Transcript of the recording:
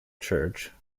church